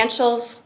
financials